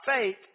faith